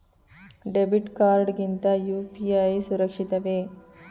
Debit card ಗಿಂತ UPI ಸುರಕ್ಷಿತವೇ?